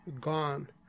gone